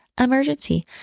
emergency